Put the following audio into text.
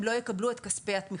הם לא יקבלו את כספי התמיכה.